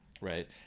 Right